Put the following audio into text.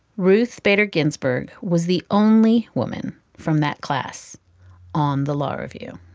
ruth bader ginsburg was the only woman from that class on the law review.